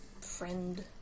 friend